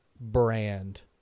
brand